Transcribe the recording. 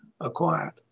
acquired